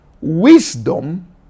Wisdom